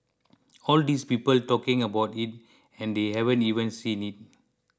all these people talking about it and they haven't even seen it